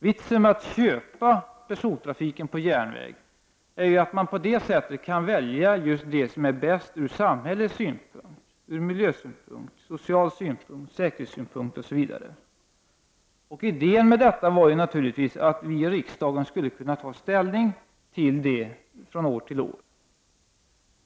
Vitsen med att köpa persontrafik på järnväg är ju att man på det sättet kan välja just det som är bäst från samhällets synpunkt, från miljösynpunkt, från social synpunkt och från säkerhetssynpunkt osv. Idén bakom detta var naturligtvis att vi i riksdagen skulle kunna ta ställning till denna trafik från år till år.